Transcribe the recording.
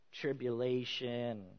tribulation